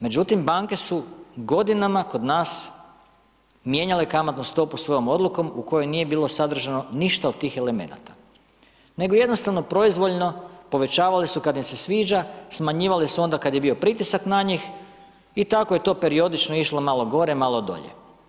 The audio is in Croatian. Međutim, banke su godinama kod nas mijenjale kamatnu stopu svojom odlukom u kojoj nije bilo sadržano ništa od tih elemenata nego jednostavno proizvoljno povećavale su kada im se sviđa, smanjivale su onda kada je bio pritisak na njih i tako je to periodično išlo malo gore, malo dolje.